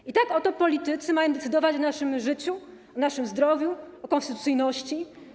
I tak oto politycy mają decydować o naszym życiu, o naszym zdrowiu, o konstytucyjności.